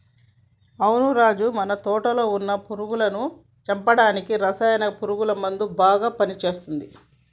అవును రాజు మన తోటలో వున్న పురుగులను చంపడానికి రసాయన పురుగుల మందు బాగా పని చేస్తది